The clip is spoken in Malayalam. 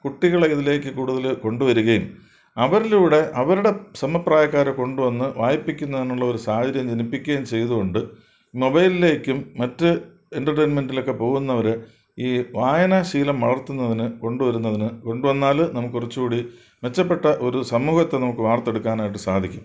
കുട്ടികളെ ഇതിലേക്ക് കൂടുതൽ കൊണ്ടു വരികയും അവരിലൂടെ അവരുടെ സമപ്രായക്കാരെ കൊണ്ടു വന്നു വായിപ്പിക്കുന്നതിനുള്ളൊരു സാഹചര്യം ജനിപ്പിക്കുകയും ചെയ്തു കൊണ്ട് മൊബൈലേക്കും മറ്റ് എൻറ്റർറ്റൈൻമെൻറ്റിലൊക്കെ പോകുന്നവർ ഈ വായനാശീലം വളർത്തുന്നതിനു കൊണ്ടുവരുന്നതിനു കൊണ്ടുവന്നാൽ നമുക്ക് കുറച്ചു കൂടി മെച്ചപ്പെട്ട ഒരു സമൂഹത്തെ നമുക്ക് വാർത്തെടുക്കാനായിട്ടു സാധിക്കും